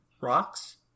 rocks